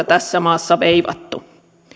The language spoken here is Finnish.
tässä maassa veivattu